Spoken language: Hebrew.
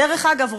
דרך אגב,